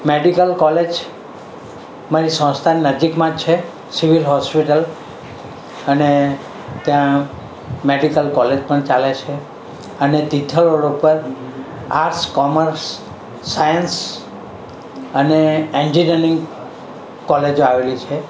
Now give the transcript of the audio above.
medical college મારી સંસ્થાની નજીકમાં જ છે સિવિલ હૉસ્પિટલ અને ત્યાં મેડિકલ કોલેજ પણ ચાલે છે અને તિથલ રોડ ઉપર આર્ટ્સ કોમર્સ સાયન્સ અને એન્જીનીયરીંગ કોલેજો આવેલી છે